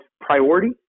priority